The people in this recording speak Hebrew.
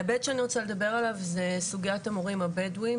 ההיבט שאני רוצה לדבר עליו זה סוגיית המורים הבדואים,